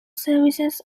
services